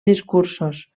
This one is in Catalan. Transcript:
discursos